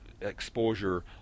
exposure